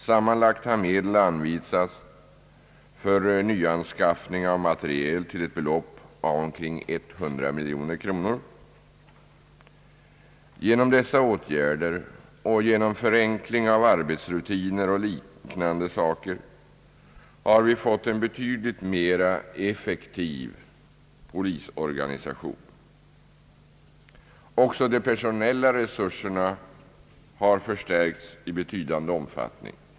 Sammanlagt har medel anvisats för nyanskaffning av materiel till ett belopp av omkring 100 miljoner kronor. Genom dessa åtgärder och genom förenkling av arbetsrutiner och liknande ting har vi fått en betydligt mera effektiv polisorganisation. även de personella resurserna har förstärkts i betydande omfattning.